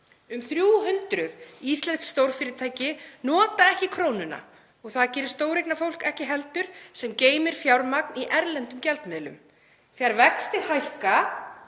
Um 300 íslensk stórfyrirtæki nota ekki krónuna og það gerir stóreignafólk ekki heldur sem geymir fjármagn í erlendum gjaldmiðlum. Þegar vextir hækka